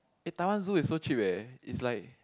eh Taiwan zoo is so cheap eh it's like